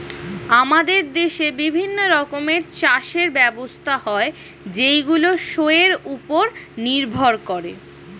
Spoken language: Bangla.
আমাদের দেশে বিভিন্ন রকমের চাষের ব্যবস্থা হয় যেইগুলো শোয়ের উপর নির্ভর করে